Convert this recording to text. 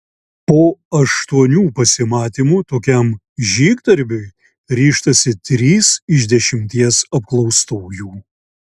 po aštuonių pasimatymų tokiam žygdarbiui ryžtasi trys iš dešimties apklaustųjų